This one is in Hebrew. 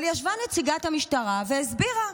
אבל ישבה נציגת המשטרה והסבירה: